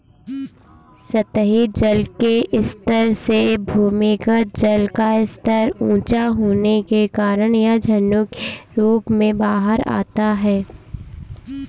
सतही जल के स्तर से भूमिगत जल का स्तर ऊँचा होने के कारण यह झरनों के रूप में बाहर आता है